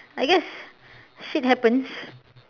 I guess shit happens